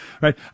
right